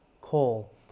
call